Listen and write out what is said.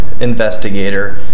investigator